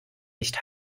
nicht